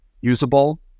usable